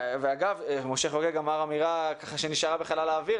אגב, משה חוגג אמר אמירה שנשארה קצת בחלל האוויר.